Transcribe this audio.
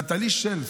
נטלי שלף,